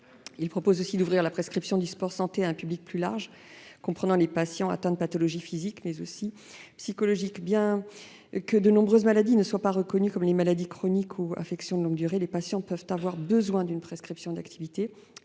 proposons ainsi d'ouvrir la prescription du sport-santé à un public plus large, comprenant les patients atteints de pathologies physiques et psychologiques. Bien que de nombreuses maladies ne soient pas reconnues comme des maladies chroniques ou des affections de longue durée, des patients peuvent avoir besoin d'une prescription d'activité